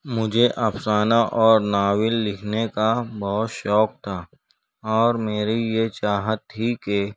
مجھے افسانہ اور ناول لکھنے کا بہت شوق تھا اور میری یہ چاہت تھی کہ